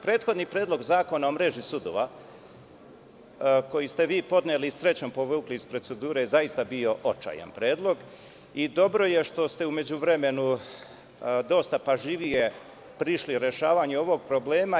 Prethodni predlog zakona o mreži sudova koji ste vi podneli i srećom povukli iz procedure, zaista je bio očajan predlog i dobro je što ste u međuvremenu dosta pažljivije prišli rešavanju ovog problema.